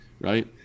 Right